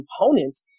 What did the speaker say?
component